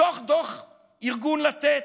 מתוך דוח העוני של ארגון לתת,